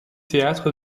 théâtre